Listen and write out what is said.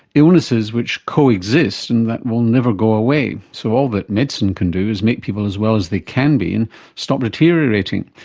illnesses which co-exist and that will never go away, so all that medicine can do is make people as well as they can be and stop deteriorating.